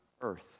earth